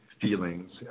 feelings